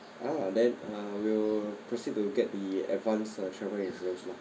ah then uh we'll proceed to get the advanced travel insurance lah